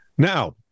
now